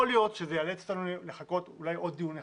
יכול להיות שזה ייאלץ אותנו לחכות אולי עוד דיון אחד,